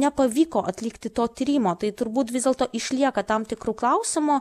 nepavyko atlikti to tyrimo tai turbūt vis dėlto išlieka tam tikrų klausimų